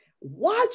watch